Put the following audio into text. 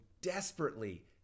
desperately